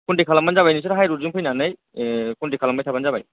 contact खालामबानो जाबाय नोंसोर हाइरडजों फैनानै ए कनटेक खालामबाय थाबानो जाबाय